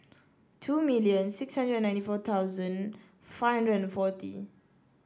two million six hundred and ninety four thousand five hundred and forty